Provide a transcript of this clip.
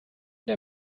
der